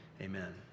amen